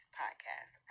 podcast